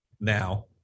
now